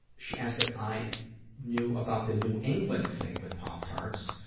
she asked if i knew about the new england thing with pop tarts,